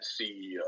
CEO